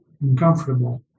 Uncomfortable